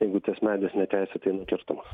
jeigu tas medis neteisėtai nukertamas